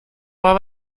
war